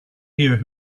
here